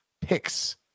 picks